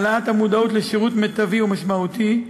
העלאת המודעות לשירות מיטבי ומשמעותי,